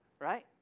right